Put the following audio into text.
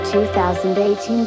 2018